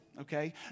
okay